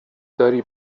داری